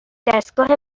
دستگاه